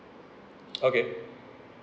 okay